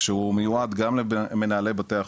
שמיועד גם למנהלי בתי החולים,